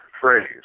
phrase